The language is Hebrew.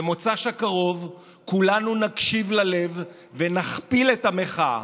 במוצאי שבת הקרוב כולנו נקשיב ללב ונכפיל את המחאה,